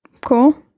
cool